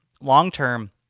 long-term